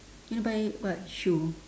you want to buy what shoe